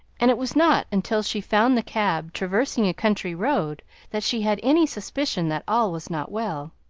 and it was not until she found the cab traversing a country road that she had any suspicion that all was not well.